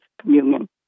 communion